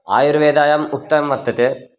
आयुर्वेदायाम् उक्त्तं वर्तते